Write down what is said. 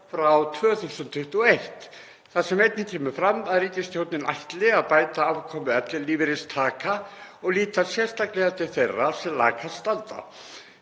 frá 2021 þar sem einnig kemur fram að ríkisstjórnin ætli að bæta afkomu ellilífeyristaka og líta sérstaklega til þeirra sem lakast standa?“